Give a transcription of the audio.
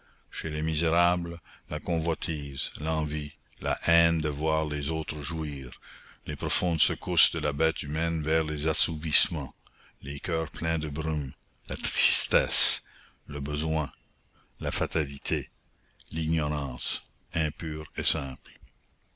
chez les misérables la convoitise l'envie la haine de voir les autres jouir les profondes secousses de la bête humaine vers les assouvissements les coeurs pleins de brume la tristesse le besoin la fatalité l'ignorance impure et